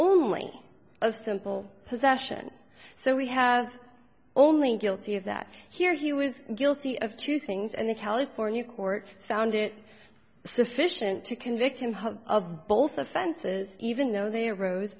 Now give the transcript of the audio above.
only of simple possession so we have only guilty of that here he was guilty of two things and the california court found it sufficient to convict him of both offenses even though they arose